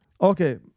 okay